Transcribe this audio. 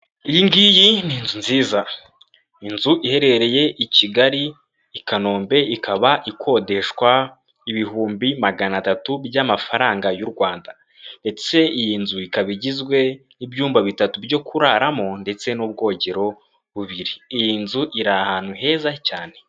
Iyi ngiyi ni inzu nziza. Inzu iherereye i Kigali, i Kanombe ikaba ikodeshwa ibihumbi magana atatu by'amafaranga y'u Rwanda. Ndetse iyi nzu ikaba igizwe n'ibyumba bitatu byo kuraramo ndetse n'ubwogero bubiri. Iyi nzu iri ahantu heza cyane.